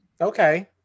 Okay